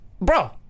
Bro